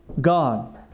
God